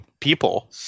people